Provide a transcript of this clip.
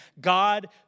God